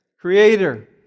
Creator